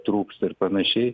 trūksta ir panašiai